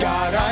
God